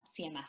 CMS